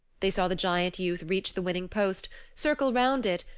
they saw the giant youth reach the winning post, circle round it,